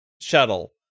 shuttle